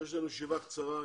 יש לנו ישיבה קצרה.